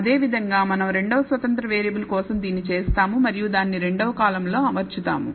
అదేవిధంగా మనం రెండవ స్వతంత్ర వేరియబుల్ కోసం దీన్ని చేస్తాము మరియు దానిని రెండవ కాలమ్ లో అమర్చుతాము